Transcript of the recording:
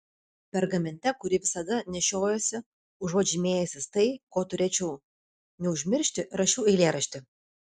pergamente kurį visada nešiojuosi užuot žymėjęsis tai ko turėčiau neužmiršti rašiau eilėraštį